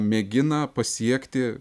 mėgina pasiekti